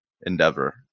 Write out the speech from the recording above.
endeavor